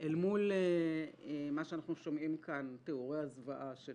אל מול מה שאנחנו שומעים כאן, תיאורי הזוועה של